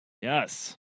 Yes